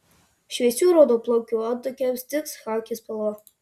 šviesių raudonplaukių antakiams tiks chaki spalva